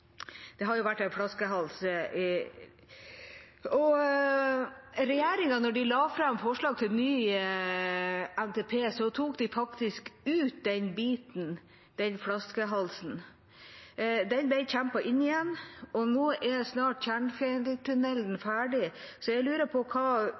det har jo vært en flaskehals. Da regjeringa la fram forslag til ny NTP, tok de faktisk ut den biten, den flaskehalsen. Den ble kjempet inn igjen, og nå er snart